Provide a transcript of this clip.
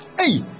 Hey